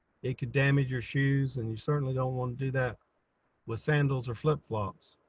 it could damage your shoes and you certainly don't want to do that with sandals or flip flops.